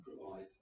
provide